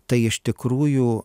tai iš tikrųjų